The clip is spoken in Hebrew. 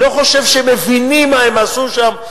אני לא חושב שהם מבינים מה הם עשו שם,